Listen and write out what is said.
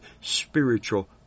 spiritual